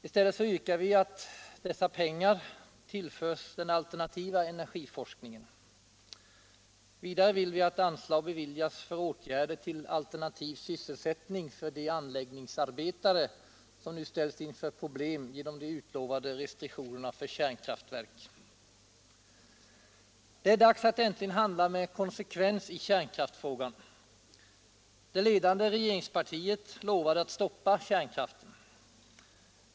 I stället yrkar vi att dessa pengar tillförs den alternativa energiforskningen. Vidare vill vi att anslag beviljas för åtgärder till alternativ sysselsättning för de anläggningsarbetare som nu ställs inför problem genom de utlovade restriktionerna för kärnkraftverk. Det är dags att äntligen handla med konsekvens i kärnkraftsfrågan. Det ledande regeringspartiet lovade att stoppa kärnkraften.